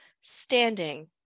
standing